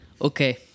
Okay